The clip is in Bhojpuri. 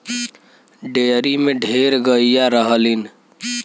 डेयरी में ढेर गइया रहलीन